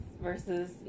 versus